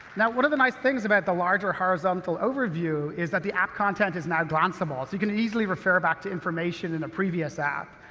now, one of the nice things about the larger horizontal overview is that the app content is now glanceable, so you can easily refer back to information in a previous app.